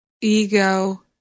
ego